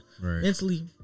Mentally